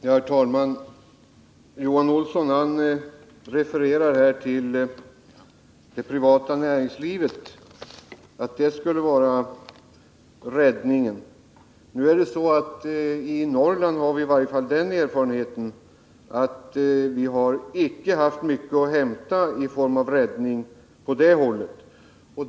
Herr talman! Johan Olsson menar att det privata näringslivet skulle vara räddningen. I Norrland har vi i varje fall gjort den erfarenheten att vi inte har mycket att hämta från det hållet.